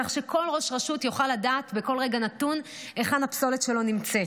כך שכל ראש רשות יוכל לדעת בכל רגע נתון היכן הפסולת שלו נמצאת.